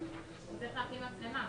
לדבר,